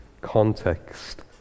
context